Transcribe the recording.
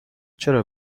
چرا